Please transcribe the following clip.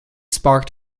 sparked